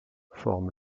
forme